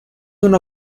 una